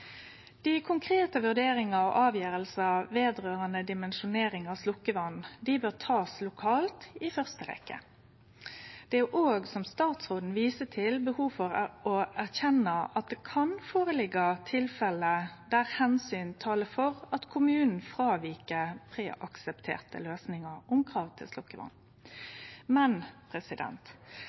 Dei konkrete vurderingane og avgjerdene med omsyn til dimensjonering av sløkkevatn bør i første rekkje takast lokalt. Det er òg, som statsråden viser til, behov for å erkjenne at det kan liggje føre tilfelle der omsyn talar for at kommunen fråvik preaksepterte løysingar om krav til sløkkevatn. Men